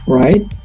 right